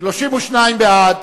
32 בעד,